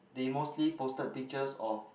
they mostly posted pictures of